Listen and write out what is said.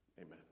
Amen